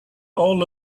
all